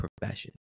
profession